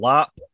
Lap